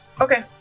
Okay